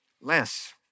less